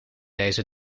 deze